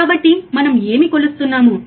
కాబట్టి మనం ఏమి కొలుస్తున్నాము